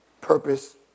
purpose